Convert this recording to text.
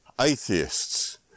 atheists